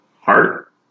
heart